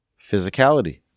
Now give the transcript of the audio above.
physicality